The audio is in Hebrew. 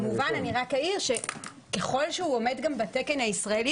אני רק אעיר שככל שהוא עומד גם בתקן הישראלי,